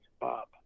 Bob